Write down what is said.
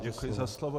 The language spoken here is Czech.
Děkuji za slovo.